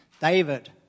David